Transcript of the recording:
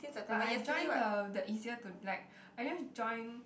but I join the the easier to like I just join